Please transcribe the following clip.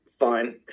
fine